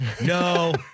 no